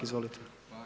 Izvolite.